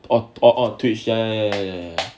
or or twitch ya ya